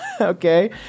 Okay